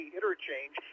Interchange